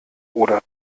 oder